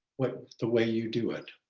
but the way you do it?